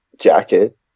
jacket